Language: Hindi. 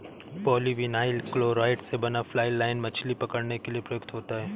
पॉलीविनाइल क्लोराइड़ से बना फ्लाई लाइन मछली पकड़ने के लिए प्रयुक्त होता है